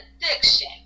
addiction